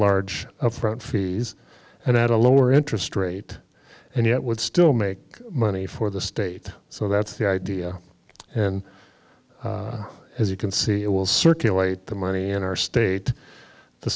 large front fees and at a lower interest rate and yet would still make money for the state so that's the idea and as you can see it will circulate the money in our state the